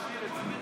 תשאיר את זה.